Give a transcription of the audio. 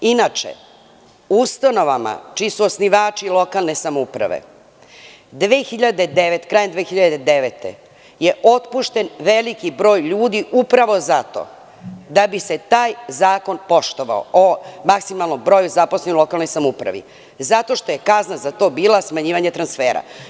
Inače, u ustanovama čiji su osnivači lokalne samouprave krajem 2009. godine je otpušten veliki broj ljudi upravo zato da bi se taj zakon poštovao o maksimalnom broju zaposlenih u lokalnoj samoupravi, zato što je kazna za to bila smanjivanje transfera.